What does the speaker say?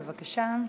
בבקשה.